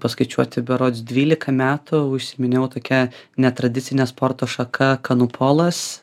paskaičiuoti berods dvylika metų užsiiminėjau tokia netradicine sporto šaka kanupolas